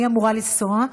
אני אמורה לנסוע,